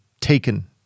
taken